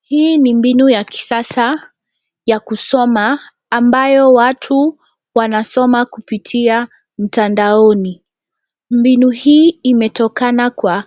Hii ni mbinu ya kisasa, ya kusoma, ambayo watu wanasoma kupitia mtandaoni. Mbinu hii imetokana kwa